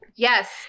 Yes